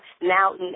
now